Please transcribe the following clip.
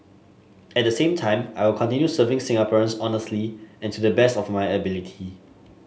at the same time I will continue serving Singaporeans honestly and to the best of my ability